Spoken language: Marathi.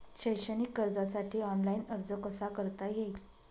शैक्षणिक कर्जासाठी ऑनलाईन अर्ज कसा करता येईल?